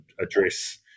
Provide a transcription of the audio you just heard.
address